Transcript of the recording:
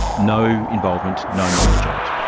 no involvement, no knowledge of it?